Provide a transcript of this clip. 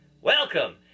Welcome